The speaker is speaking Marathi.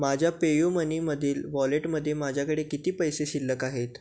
माझ्या पेयुमनीमधील वॉलेटमध्ये माझ्याकडे किती पैसे शिल्लक आहेत